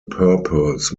purpose